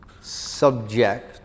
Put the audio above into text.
subject